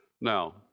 Now